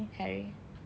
harry